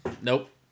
nope